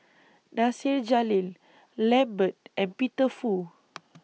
Nasir Jalil Lambert and Peter Fu